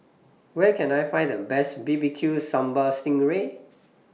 Where Can I Find The Best B B Q Sambal Sting Ray